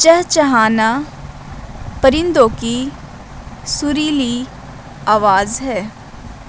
چہچہانا پرندوں کی سریلی آواز ہے